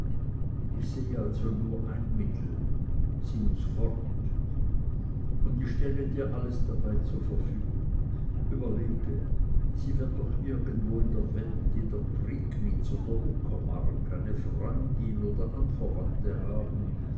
ich seh also nur ein mittel sie muß fort und ich stelle dir alles dabei zur verfügung überlege sie wird doch irgendwo in der welt in der priegnitz oder uckermark eine freundin oder anverwandte haben